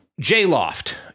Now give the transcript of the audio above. J-loft